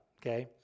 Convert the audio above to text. okay